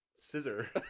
Scissor